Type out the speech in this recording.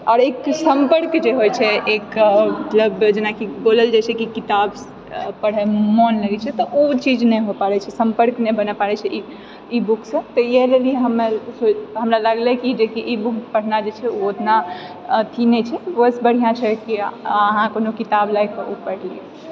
आओर एक सम्पर्क जे होइ छै एक जेनाकि बोलल जाइ छै किताब पढ़ैमे मन लगै छै तऽ उ चीज नहि हो पाबै छै संपर्क नहि बनि पारै छै ई बुकसँ तऽ इएह लागि हमे हमरा लागलै जेकि ई बुक पढ़ना जे छै से ओतना अथि नहि छै वॉइस बढ़िआँ छै पूरा आओर कोनो किताब लए कऽ उ पढ़ि लै छी